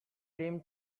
dream